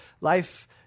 life